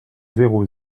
zéro